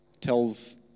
tells